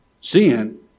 Sin